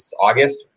august